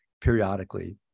periodically